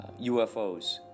UFOs